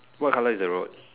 what colour is the road